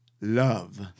love